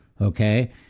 Okay